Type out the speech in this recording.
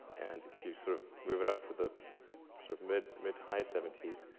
and if you sort of move it up to the sort of mid mid to high seventy s,